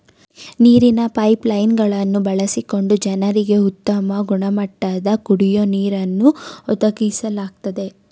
ನೀರಿನ pipeline ಗಳನ್ನು ಬಳಸಿಕೊಂಡು ಜನರಿಗೆ ಉತ್ತಮ ಗುಣಮಟ್ಟದ ಕುಡಿಯೋ ನೀರನ್ನು ಒದಗಿಸ್ಲಾಗ್ತದೆ